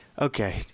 Okay